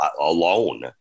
alone